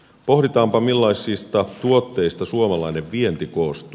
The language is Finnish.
pohditaanpa millaisista tuotteista suomalainen vienti koostuu